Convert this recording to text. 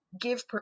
give